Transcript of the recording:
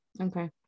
Okay